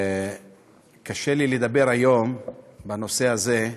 קשה לי לדבר היום בנושא הזה,